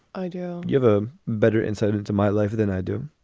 i do you have a better insight into my life than i do.